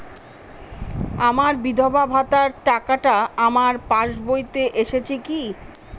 আমার বিধবা ভাতার টাকাটা আমার পাসবইতে এসেছে কি?